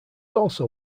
also